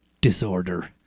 disorder